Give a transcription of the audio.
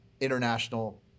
international